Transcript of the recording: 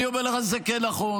אני אומר לך שזה כן נכון.